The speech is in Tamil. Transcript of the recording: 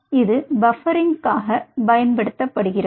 இது பாபரிங்குக்காக பயன்படுத்தப்படுகிறது